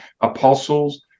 apostles